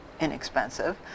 inexpensive